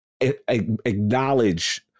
acknowledge